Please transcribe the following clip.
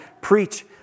preach